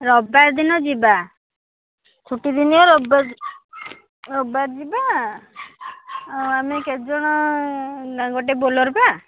ରବିବାର ଦିନ ଯିବା ଛୁଟିଦିନ ରବିବାର ଯିବା ଆମେ କେତେଜଣ ନା ଗୋଟେ ବୋଲେରୋ ପା